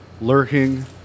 lurking